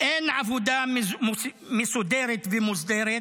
אין עבודה מסודרת ומוסדרת,